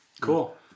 cool